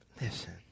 listen